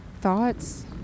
thoughts